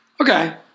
Okay